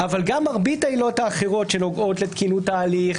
אבל גם מרבית העילות האחרות שנוגעות לתקינות ההליך,